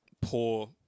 poor